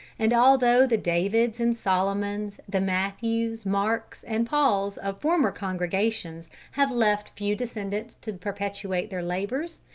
and although the davids and solomons, the matthews, marks, and pauls of former congregations have left few descendants to perpetuate their labours,